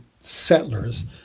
settlers